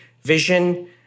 vision